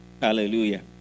Hallelujah